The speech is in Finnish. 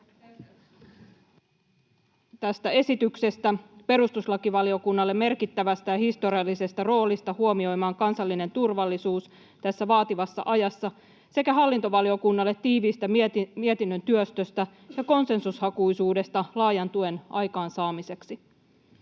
tästä esityksestä, perustuslakivaliokunnalle merkittävästä ja historiallisesta roolista kansallisen turvallisuuden huomioimisessa tässä vaativassa ajassa sekä hallintovaliokunnalle tiiviistä mietinnön työstöstä ja konsensushakuisuudesta laajan tuen aikaansaamiseksi.